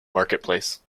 marketplace